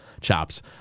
Chops